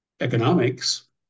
economics